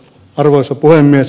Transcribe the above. arvoisa puhemies